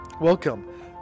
Welcome